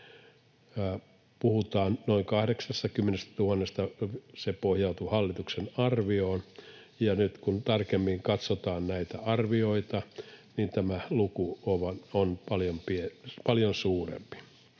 puhutaan noin 80 000:sta. Se pohjautuu hallituksen arvioon. Ja nyt kun tarkemmin katsotaan näitä arvioita, niin tämä luku on paljon suurempi.